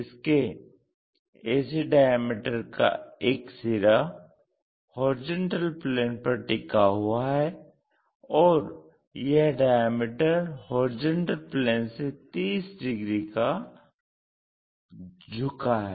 इसके AC diameter का एक सिरा HP पर टिका हुआ है और यह डायामीटर HP से 30 डिग्री पर झुका है